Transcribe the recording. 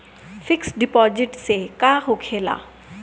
Fix deposit से का होखे ला?